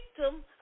victim